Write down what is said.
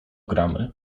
gramy